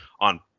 on